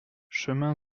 chemin